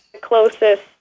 closest